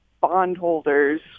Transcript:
bondholders